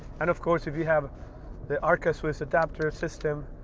and of course, if you have the arca swiss adapter system,